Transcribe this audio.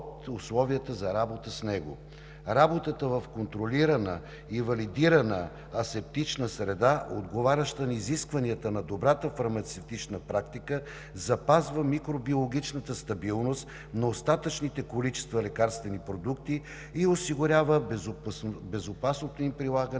за работа с него. Работата в контролирана и валидирана асептична среда, отговаряща на изискванията на добрата фармацевтична практика, запазва микробиологичната стабилност на остатъчните количества лекарствени продукти и осигурява безопасното им прилагане